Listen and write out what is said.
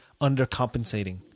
undercompensating